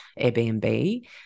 Airbnb